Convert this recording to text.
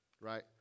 right